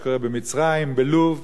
לאף מדינה אין תעודת ביטוח.